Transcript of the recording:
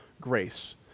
grace